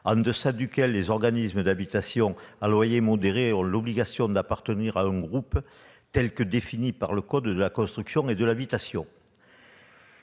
en deçà duquel les organismes d'habitations à loyer modéré ont l'obligation d'appartenir à un groupe, tel que le définit l'article L. 423-1-1 du code de la construction et de l'habitation.